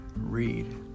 read